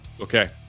Okay